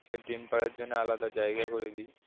সে ডিম পাড়ার জন্য আলাদা জায়গা করে দিই